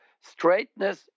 Straightness